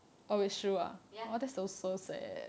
ya